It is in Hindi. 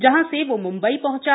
जहां से वो मंबई पहंचा